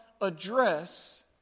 address